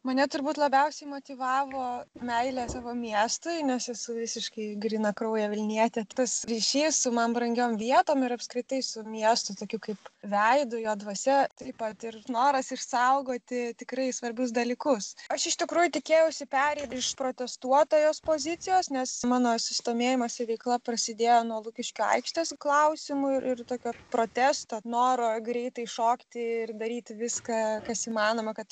mane turbūt labiausiai motyvavo meilė savo miestui nes esu visiškai grynakraujė vilnietė tas ryšys su man brangiom vietom ir apskritai su miestu tokiu kaip veidu jo dvasia taip pat ir noras išsaugoti tikrai svarbius dalykus aš iš tikrųjų tikėjausi pereiti iš protestuotojos pozicijos nes mano susidomėjimas jų veikla prasidėjo nuo lukiškių aikštės klausimų ir tokio protesto noro greitai šokti ir daryti viską kas įmanoma kad